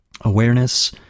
Awareness